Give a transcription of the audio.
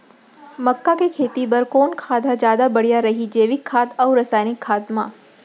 मक्का के खेती बर कोन खाद ह जादा बढ़िया रही, जैविक खाद अऊ रसायनिक खाद मा?